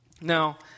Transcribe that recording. Now